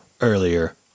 earlier